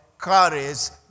carries